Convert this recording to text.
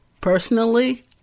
Personally